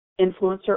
influencer